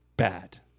Bad